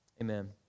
amen